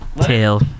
tail